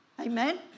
Amen